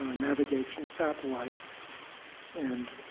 ah navigation satellites and